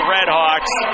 Redhawks